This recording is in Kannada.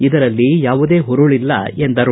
ಇದರಲ್ಲಿ ಯಾವುದೇ ಹುರಳಲ್ಲ ಎಂದರು